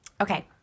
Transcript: Okay